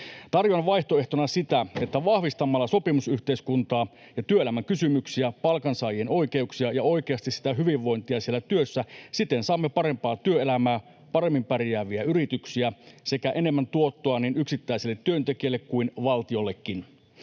Tarjoan vaihtoehtona sitä, että vahvistamalla sopimusyhteiskuntaa ja työelämän kysymyksiä, palkansaajien oikeuksia ja oikeasti sitä hyvinvointia siellä työssä saamme parempaa työelämää, paremmin pärjääviä yrityksiä sekä enemmän tuottoa niin yksittäiselle työntekijälle kuin valtiollekin.